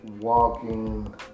walking